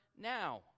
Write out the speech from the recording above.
now